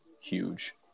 huge